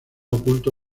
oculto